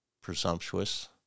presumptuous